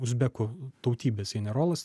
uzbekų tautybės generolas